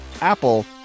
Apple